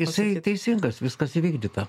jisai teisingas viskas įvykdyta